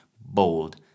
bold